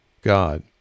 God